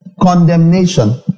condemnation